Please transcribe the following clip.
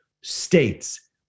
states